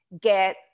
get